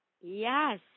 Yes